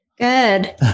Good